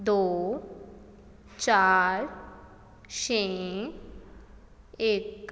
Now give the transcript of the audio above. ਦੋ ਚਾਰ ਛੇ ਇੱਕ